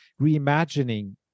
reimagining